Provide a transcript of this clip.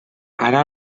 ara